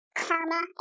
karma